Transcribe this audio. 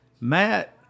Matt